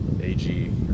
AG